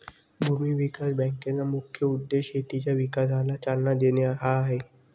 भूमी विकास बँकेचा मुख्य उद्देश शेतीच्या विकासाला चालना देणे हा आहे